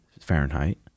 Fahrenheit